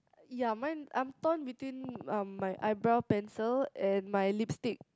ya mine I'm torn between um my eyebrow pencil and my lipstick